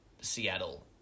Seattle